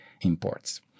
imports